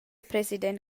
president